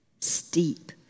Steep